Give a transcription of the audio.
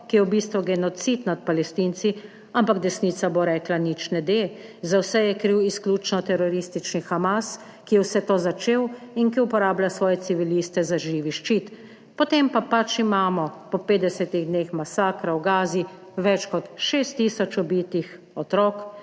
TRAK: (VP) 14.15** (nadaljevanje) Ampak desnica bo rekla "Nič ne de, za vse je kriv izključno teroristični Hamas, ki je vse to začel in ki uporablja svoje civiliste za živi ščit.", potem pa pač imamo po 50 dneh masakra v Gazi več kot 6 tisoč ubitih otrok,